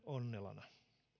onnelana